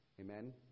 Amen